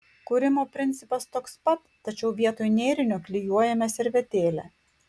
kūrimo principas toks pat tačiau vietoj nėrinio klijuojame servetėlę